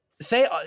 say